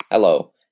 Hello